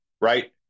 right